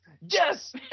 Yes